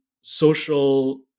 social